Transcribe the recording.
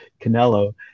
Canelo